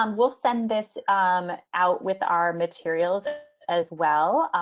um we'll send this out with our materials as well.